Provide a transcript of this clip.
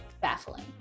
Baffling